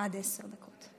עד עשר דקות.